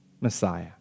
Messiah